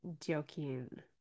Joking